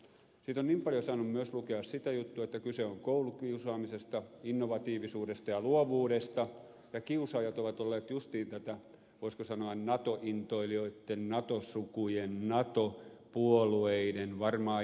siitä on niin paljon myös lukea sitä juttua että kyse on koulukiusaamisesta innovatiivisuudesta ja luovuudesta ja kiusaajat ovat olleet justiin tätä voisiko sanoa nato intoilijoitten nato sukujen nato puolueiden varmaan jälkeläisiä